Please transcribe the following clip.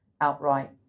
outright